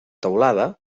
teulada